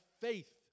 faith